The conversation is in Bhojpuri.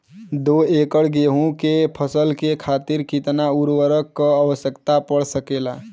दो एकड़ गेहूँ के फसल के खातीर कितना उर्वरक क आवश्यकता पड़ सकेल?